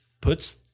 puts